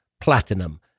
platinum